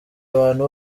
abantu